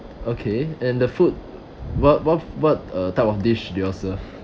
okay and the food what what what uh type of dish do you all serve